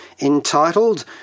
entitled